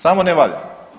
Samo ne valja.